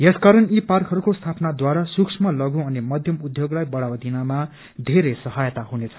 यसकारण यी पार्कहरूको स्थापनाद्वारा सूक्ष्म लषु अनि मध्यम उद्योगलाई बढ़ावा दिनमा धेरै सहायता हुनेछ